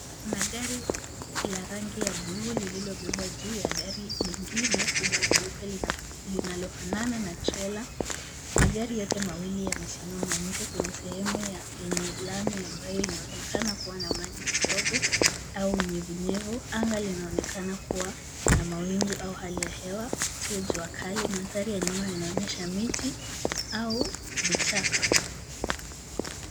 Kuna gari la rangi ya blue lililobebwa juu ya gari lingine kubwa jeupe linalofanana na trela. Magari yote mawili yamesimama nje kwenye sehemu yenye lami ambayo inaonekana kuwa na maji kidogo au nyevunyevu. Anga linaonekana kuwa na mawingu au hali ya hewa sio jua kali. Mandhari ya nyuma yanaonyesha miti au vichaka.